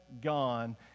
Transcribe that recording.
gone